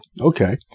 Okay